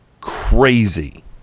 crazy